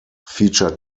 featured